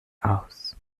aus